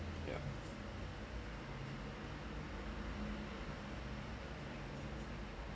yeah